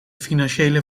financiële